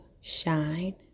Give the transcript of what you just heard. shine